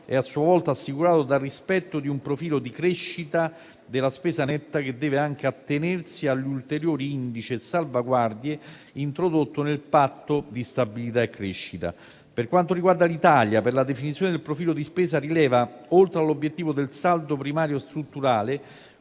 è a sua volta assicurato dal rispetto di un profilo di crescita della spesa netta, che deve anche attenersi all'ulteriore indice di salvaguardia introdotto nel Patto di stabilità e crescita. Per quanto riguarda l'Italia, per la definizione del profilo di spesa rileva, oltre all'obiettivo del saldo primario strutturale,